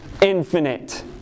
infinite